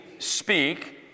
Speak